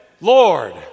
Lord